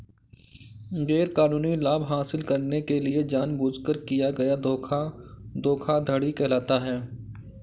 गैरकानूनी लाभ हासिल करने के लिए जानबूझकर किया गया धोखा धोखाधड़ी कहलाता है